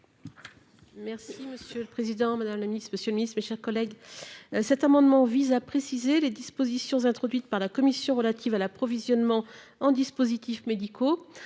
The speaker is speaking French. Merci, monsieur le Président Madame la Ministre, Monsieur le Ministre, mes chers collègues. Cet amendement vise à préciser les dispositions introduites par la Commission relatives à l'approvisionnement en dispositifs médicaux